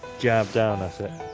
jabbed down at it.